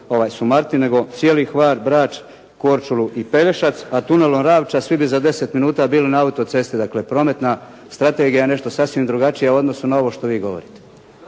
samo Sumartin, nego cijeli Hvar, Brač, Korčulu i Pelješac, a tunelom Ravča svi bi za 10 minuta bili na autocesti, dakle prometna strategija je nešto sasvim drugačija u odnosu na ovo što vi govorite.